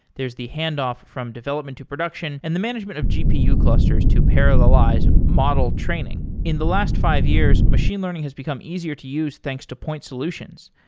there is the hand off from development to production and the management of gpu clusters to parallelize model training. in the last five years, machine learning has become easier to use, thanks to point solutions.